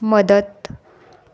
मदत